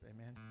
Amen